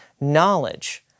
knowledge